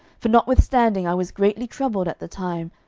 for notwithstanding i was greatly troubled at the time,